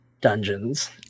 dungeons